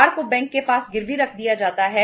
car को bank के पास गिरवी रख दिया जाता है